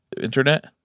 internet